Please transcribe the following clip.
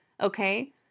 Okay